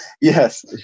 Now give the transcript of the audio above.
Yes